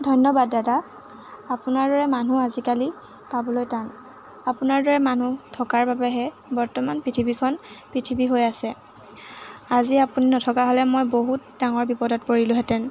ধন্যবাদ দাদা আপোনাৰ দৰে মানুহ আজিকালি পাবলৈ টান আপোনাৰ দৰে মানুহ থকাৰ বাবেহে বৰ্তমান পৃথিৱীখন পৃথিৱী হৈ আছে আজি আপুনি নথকা হ'লে মই বহুত ডাঙৰ বিপদত পৰিলোহেঁতেন